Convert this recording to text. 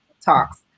talks